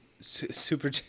Super